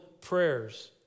prayers